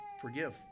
Forgive